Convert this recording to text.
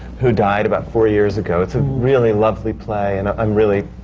who died about four years ago. it's a really lovely play, and i'm really,